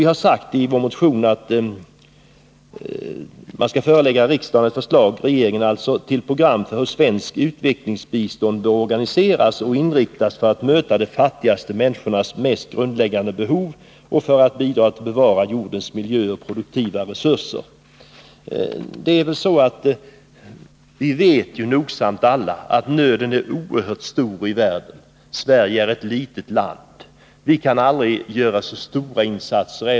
Vi har i vår motion sagt att riksdagen bör förelägga regeringen ett program för hur svenskt utvecklingsbistånd bör organiseras och inriktas på att möta de fattigaste människornas mest grundläggande behov och på att bidra till att bevara jordens miljö och produktiva resurser. Vi vet alla nogsamt att nöden i världen är oerhört stor. Sverige är ett litet land och kan aldrig göra särskilt stora insatser.